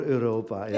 Europa